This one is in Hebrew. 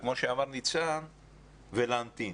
וכמו שאמר ניצן, ולהמתין.